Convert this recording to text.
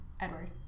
Edward